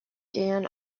jan